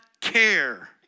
care